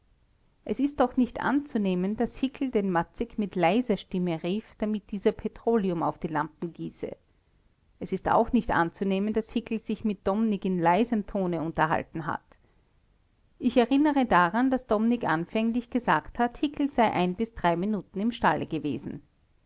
es ist doch nicht anzunehmen daß hickel den matzick mit leiser stimme rief damit dieser petroleum auf die lampen gieße es ist auch nicht anzunehmen daß hickel sich mit dommning in leisem tone unterhalten hat ich erinnere daran daß dommning anfänglich gesagt hat hickel sei minuten im stalle gewesen